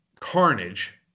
Carnage